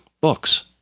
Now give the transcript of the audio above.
books